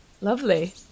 Lovely